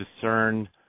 discern